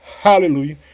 hallelujah